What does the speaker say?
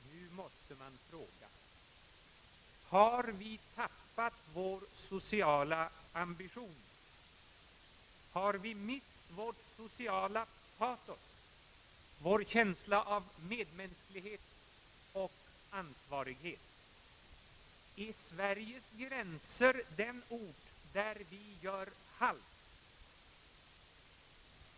Nu måste man fråga: Har vi tappat vår sociala ambition, vårt sociala patos, vår känsla av medmänsklighet och ansvarighet? Är Sveriges gränser den plats där vi gör halt?